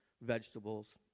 vegetables